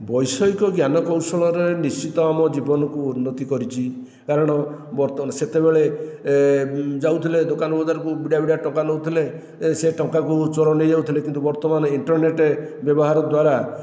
ବୈଷୟିକ ଜ୍ଞାନ କୌଶଳରେ ନିଶ୍ଚିତ ଆମ ଜୀବନ କୁ ଉନ୍ନତି କରିଛି କାରଣ ବର୍ତ୍ତ ସେତେବେଳେ ଯାଉ ଥିଲେ ଦୋକାନ ବଜାରକୁ ବିଡ଼ା ବିଡ଼ା ଟଙ୍କା ନେଉଥିଲେ ଓ ସେ ଟଙ୍କାକୁ ଚୋର ନେଇ ଯାଉଥିଲେ ବର୍ତ୍ତମାନ ଇଣ୍ଟରନେଟ ବ୍ୟବହାର ଦ୍ୱାରା